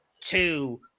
two